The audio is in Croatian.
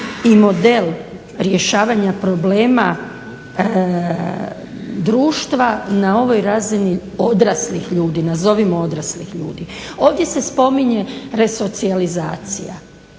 i model rješavanja problema društva na ovoj razini odraslih ljudi, nazovimo odraslih ljudi. Ovdje se spominje resocijalizacija.